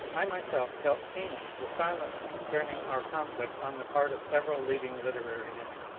i myself felt keenly the silence concerning our con flict on the part of several leading literary men.